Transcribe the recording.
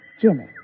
Jimmy